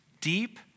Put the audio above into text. deep